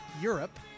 Europe